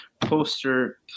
poster